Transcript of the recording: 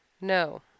No